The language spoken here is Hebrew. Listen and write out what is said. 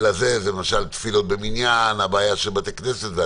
למשל תפילות במניין, הבעיה של בתי כנסת.